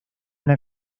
una